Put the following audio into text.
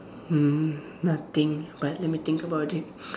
hmm nothing but let me think about it